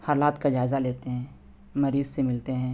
حالات کا جائزہ لیتے ہیں مریض سے ملتے ہیں